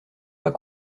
pas